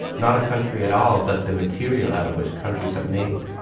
not a country at all. but the material out of which countries are made